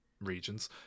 regions